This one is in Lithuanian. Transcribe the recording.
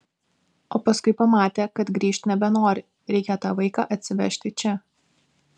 o paskui pamatė kad grįžt nebenori reikia tą vaiką atsivežti čia